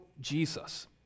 Jesus